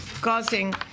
causing